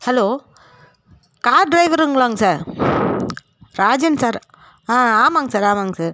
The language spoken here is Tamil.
ஹலோ கார் ட்ரைவருங்களாங்க சார் ராஜன் சார் ஆ ஆமாங்க சார் ஆமாங்க சார்